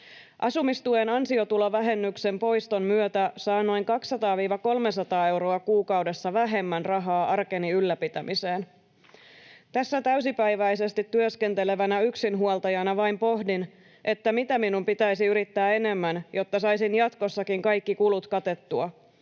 Asumistuen ansiotulovähennyksen poiston myötä saan noin 200—300 euroa kuukaudessa vähemmän rahaa arkeni ylläpitämiseen. Tässä täysipäiväisesti työskentelevänä yksinhuoltajana vain pohdin, että mitä minun pitäisi yrittää enemmän, jotta saisin jatkossakin kaikki kulut katettua.